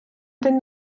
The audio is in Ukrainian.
день